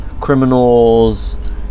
criminals